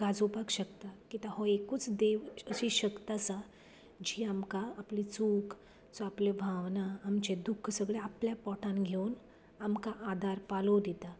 गाजोवपाक शकता कित्याक हो एकूच देव अशी एक शक्त आसा जी आमकां आपली चूक सो आपले भावनां आपले दुख्ख सगले आपल्या पोटांत घेवन आमकां आदार पालव दिता